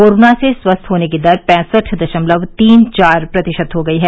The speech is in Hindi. कोरोना से स्वस्थ होने की दर पैंसठ दशमलव चार तीन प्रतिशत हो गई है